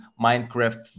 Minecraft